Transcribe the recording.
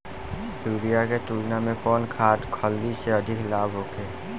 Urea के तुलना में कौन खाध खल्ली से अधिक लाभ होखे?